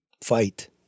fight